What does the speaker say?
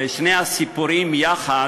שני הסיפורים יחד,